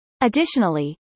Additionally